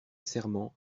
serment